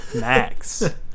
max